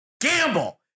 gamble